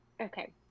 okay